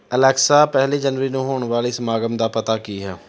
Alexa ਪਹਿਲੀ ਜਨਵਰੀ ਨੂੰ ਹੋਣ ਵਾਲੇ ਸਮਾਗਮ ਦਾ ਪਤਾ ਕੀ ਹੈ